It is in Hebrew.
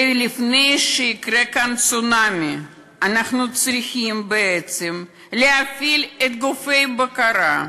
ולפני שיקרה כאן צונאמי אנחנו צריכים בעצם להפעיל את גופי הבקרה.